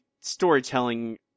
storytelling